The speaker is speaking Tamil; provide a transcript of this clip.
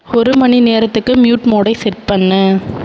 ஒரு மணிநேரத்துக்கு மியூட் மோடை செட் பண்ணு